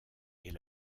est